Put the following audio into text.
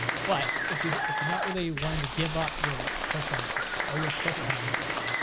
but if you're if you're not really wanting to give up your push on twitch or your push on mixer,